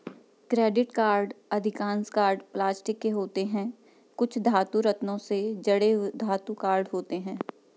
credit card अधिकांश card plastic के होते हैं, कुछ धातु, रत्नों से जड़े धातु कार्ड होते हैं